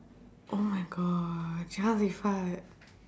oh my god